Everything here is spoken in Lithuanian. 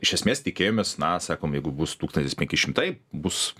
iš esmės tikėjomės na sakom jeigu bus tūkstantis penki šimtai bus